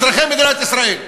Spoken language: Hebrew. אזרחי מדינת ישראל.